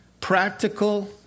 Practical